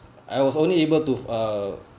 I was only able to uh